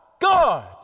God